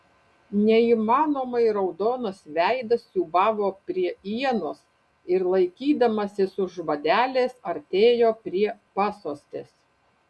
neįmanomai raudonas veidas siūbavo prie ienos ir laikydamasis už vadelės artėjo prie pasostės